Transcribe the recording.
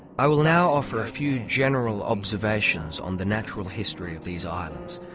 i will now offer a few general observations on the natural history of these islands.